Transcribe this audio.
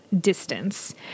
distance